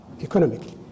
economically